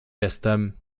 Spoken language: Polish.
jestem